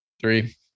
three